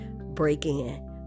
Break-In